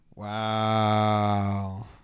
Wow